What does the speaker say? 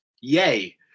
yay